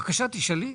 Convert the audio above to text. בבקשה, תשאלי אותו.